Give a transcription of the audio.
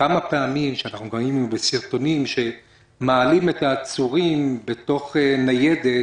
ראינו כמה פעמים בסרטונים שמעלים את העצורים לניידת